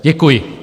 Děkuji.